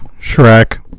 Shrek